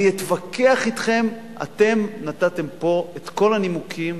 אני אתווכח אתכם, אתם נתתם פה את כל הנימוקים